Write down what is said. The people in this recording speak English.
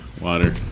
Water